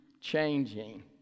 changing